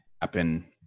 happen